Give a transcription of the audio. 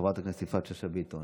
חברת הכנסת יפעת שאשא ביטון,